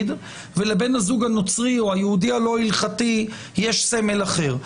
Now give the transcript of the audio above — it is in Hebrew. ולבן הזוג הנוצרי או היהודי לא הלכתי יש סמל אחר,